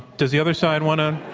does the other side want to